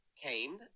came